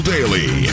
Daily